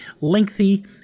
lengthy